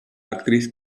actriz